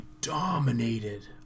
dominated